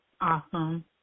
Awesome